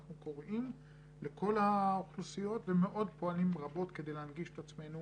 אנחנו קוראים לכל האוכלוסיות ומאוד פועלים רבות כדי להנגיש את עצמנו